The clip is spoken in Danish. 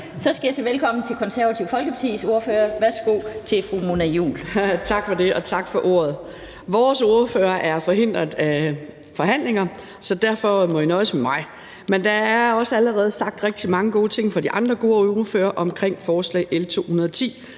Så skal jeg sige velkommen til Konservative Folkepartis ordfører. Værsgo til fru Mona Juul. Kl. 16:13 (Ordfører) Mona Juul (KF): Tak for ordet. Vores ordfører er forhindret på grund af forhandlinger, så derfor må I nøjes med mig. Men der er også allerede sagt rigtig mange gode ting fra de andre ordførere om forslag nr.